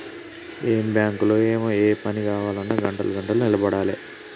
ఏం బాంకులో ఏమో, ఏ పని గావాల్నన్నా గంటలు గంటలు నిలవడాలె